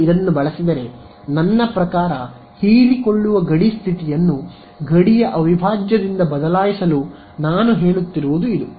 ನಾನು ಇದನ್ನು ಬಳಸಿದರೆ ನನ್ನ ಪ್ರಕಾರ ಹೀರಿಕೊಳ್ಳುವ ಗಡಿ ಸ್ಥಿತಿಯನ್ನು ಗಡಿಯ ಅವಿಭಾಜ್ಯದಿಂದ ಬದಲಾಯಿಸಲು ನಾನು ಹೇಳುತ್ತಿರುವುದು ಇದು